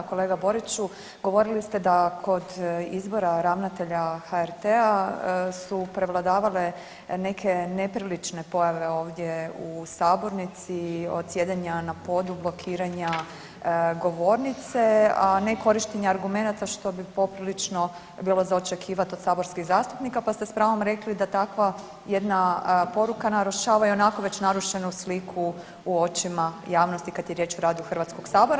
Kolega Boriću govorili ste da kod izbora ravnatelja HRT-a su prevladavale neke neprilične pojave ovdje u sabornici, od sjedenja na podu, blokiranja govornice, a ne korištenje argumenata što bi poprilično bilo za očekivati od saborskih zastupnika, pa ste s pravom rekli da takva jedna poruka narušava i onako već narušenu sliku u očima javnosti kad je riječ o radu Hrvatskog sabora.